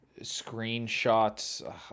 screenshots